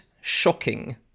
shocking